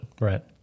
Right